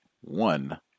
one